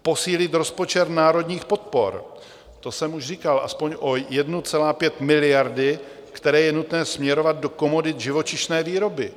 f) posílit rozpočet národních podpor, to jsem už říkal, aspoň o 1,5 miliardy, které je nutné směrovat do komodit živočišné výroby.